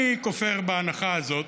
אני כופר בהנחה הזאת,